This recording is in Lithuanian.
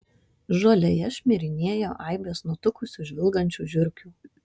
žolėje šmirinėjo aibės nutukusių žvilgančių žiurkių